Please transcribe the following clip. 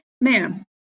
Ma'am